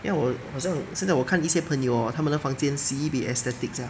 你看我好像现在我看一些朋友 hor 他们的房间 sibei aesthetics sia